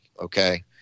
okay